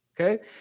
Okay